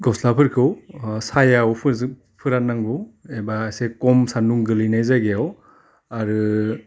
गस्लाफोरखौ अह सायायाव फोजोब फोराननांगौ एबा एसे खम सान्दुं गोलैनाय जायगायाव आरो